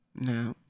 No